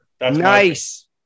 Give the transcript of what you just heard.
Nice